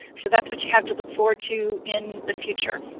so that's what you have to look for to in the future.